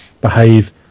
behave